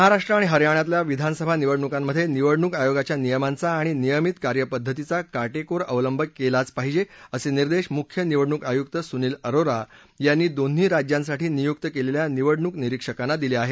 महाराष्ट्र आणि हरयाणातल्या विधानसभा निवडणुकांमध्ये निवडणूक आयोगाच्या नियमांचा आणि नियमित कार्य पद्धतीचा काटकोर अवलंब केलाच पाहिजे असे निर्देश मुख्य निवडणूक आयुक्त सुनिल अरोरा यांनी दोन्ही राज्यांसाठी नियुक्त केलेल्या निवडणूक निरीक्षकांना दिले आहेत